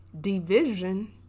division